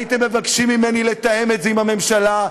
הייתם מבקשים ממני לתאם את זה עם הממשלה,